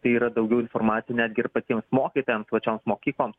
tai yra daugiau informacija ir patiems mokytojams pačioms mokykloms